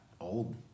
old